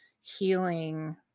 healing